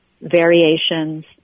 variations